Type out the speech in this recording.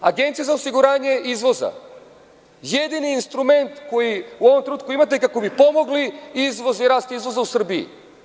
Agencija za osiguranje izvoza – jedini instrument koji u ovom trenutku imate kako bi pomogli izvoz i rast izvoza u Srbiji.